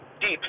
deep